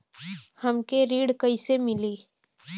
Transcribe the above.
हमके ऋण कईसे मिली?